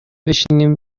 بشنیم